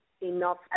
enough